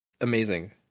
amazing